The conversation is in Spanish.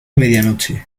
medianoche